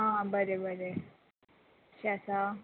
आं बरें बरें अशें आसा